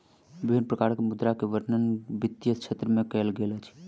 विभिन्न प्रकारक मुद्रा के वर्णन वित्तीय क्षेत्र में कयल गेल अछि